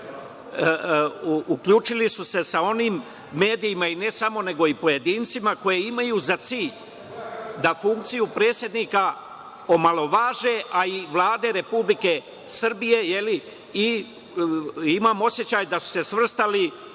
Uključili su se sa onim medijima i sa pojedincima koji imaju za cilj da funkciju predsednika omalovaže, a i Vlade Republike Srbije. Imam osećaj da su se svrstali